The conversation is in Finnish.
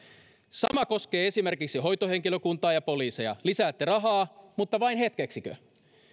sama koskee esimerkiksi hoitohenkilökuntaa ja poliiseja lisäätte rahaa mutta vain hetkeksikö